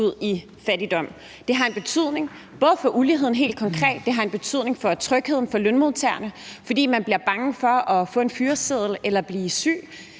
i fattigdom. Det har en betydning, både for uligheden helt konkret og for trygheden for lønmodtagerne, fordi de er bange for at få en fyreseddel eller blive syge.